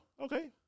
Okay